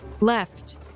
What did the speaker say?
left